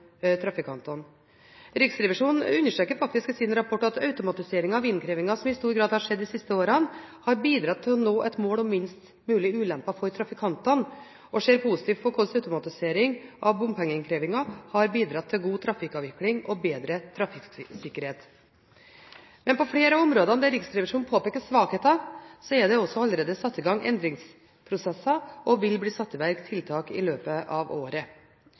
trafikantene. Riksrevisjonen understreker faktisk i sin rapport at automatiseringen av innkrevingen som i stor grad har skjedd de siste årene, har bidratt til å nå et mål om minst mulig ulemper for trafikantene og ser positivt på hvordan automatisering av bompengeinnkrevingen har bidratt til god trafikkavvikling og bedret trafikksikkerhet. På flere av områdene der Riksrevisjonen påpeker svakheter, er det også allerede satt i gang endringsprosesser, og tiltak vil bli satt i verk i løpet av året.